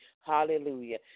Hallelujah